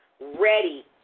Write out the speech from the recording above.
ready